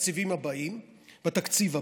בתקציבים הבאים, בתקציב הבא,